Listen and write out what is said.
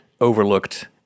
overlooked